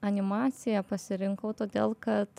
animaciją pasirinkau todėl kad